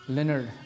Leonard